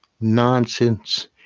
nonsense